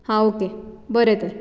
आं ओके बरें तर